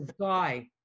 guy